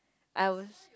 I was